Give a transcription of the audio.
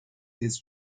his